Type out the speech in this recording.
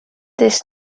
this